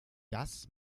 das